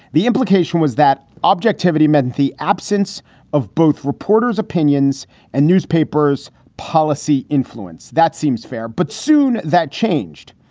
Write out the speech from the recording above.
the implication was that objectivity meant the absence of both reporters opinions and newspapers policy influence. that seems fair. but soon that changed,